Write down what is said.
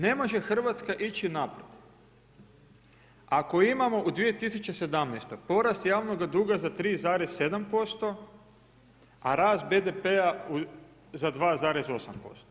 Ne može Hrvatska ići naprijed, ako imamo u 2017. porast javnoga duga za 3,7%, a rast BDP-a za 2,8%